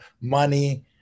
money